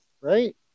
Right